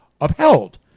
upheld